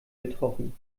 getroffen